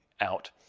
out